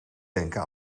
denken